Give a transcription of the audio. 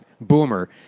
Boomer